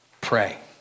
pray